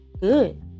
good